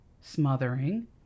smothering